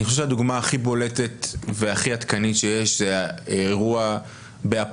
אני חושב שהדוגמה הכי בולטת והכי עדכנית שיש זה האירוע באפולוניה.